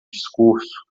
discurso